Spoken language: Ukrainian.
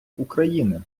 україни